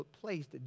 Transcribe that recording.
placed